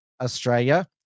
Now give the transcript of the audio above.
Australia